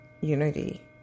unity